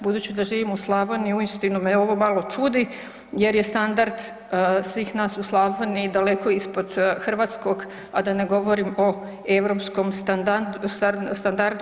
Budući da živim u Slavoniji, uistinu me ovo malo čudi jer je standard svih nas u Slavoniji daleko ispod hrvatskog, a da ne govorim o europskom standardu.